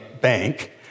bank